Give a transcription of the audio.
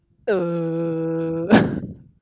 uh